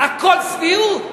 הכול צביעות.